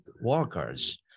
workers